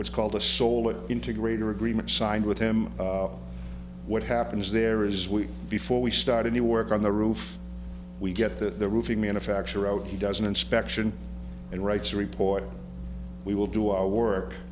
what's called a sole an integrator agreement signed with him what happens there is we before we start any work on the roof we get the roofing manufacturer out he doesn't inspection and writes a report we will do our work